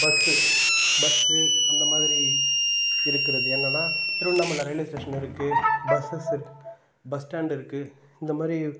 bus bus அந்த மாதிரி இருக்கிறது என்னென்னா திருவண்ணாமலை ரயில்வே ஸ்டேஷன் இருக்குது பஸ்ஸஸ் இருக்குது பஸ் ஸ்டாண்ட் இருக்குது இந்த மாதிரி